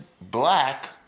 black